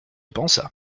pensa